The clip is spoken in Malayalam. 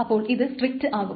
അപ്പോൾ ഇത് സ്ട്രിക്റ്റ് ആകും